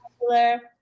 popular